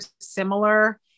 similar